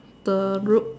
the roof